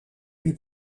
lui